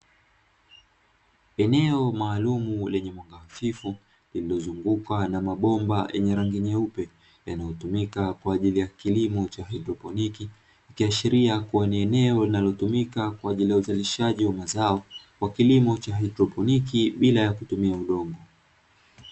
Eneo maalumu lenye mwanga hafifu lililozungukwa na mabomba yenye rangi nyeupe, yanayotumika kwa ajili ya kilimo cha haidroponi ikiashiria kuwa eneo linalotumika kwa ajili ya uzalishaji wa mazao, kwa kilimo cha ya haidroponi bila ya kutumia udongo.